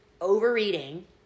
overeating